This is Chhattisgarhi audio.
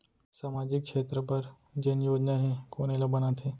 सामाजिक क्षेत्र बर जेन योजना हे कोन एला बनाथे?